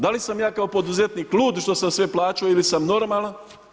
Da li sam ja kao poduzetnik lud što sam sve plaćao ili sam normalan?